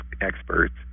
experts